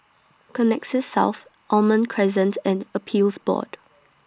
Connexis South Almond Crescent and Appeals Board